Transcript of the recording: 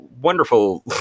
wonderful